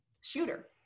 shooter